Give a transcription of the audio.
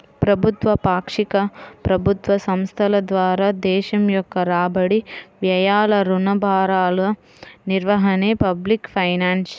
ప్రభుత్వ, పాక్షిక ప్రభుత్వ సంస్థల ద్వారా దేశం యొక్క రాబడి, వ్యయాలు, రుణ భారాల నిర్వహణే పబ్లిక్ ఫైనాన్స్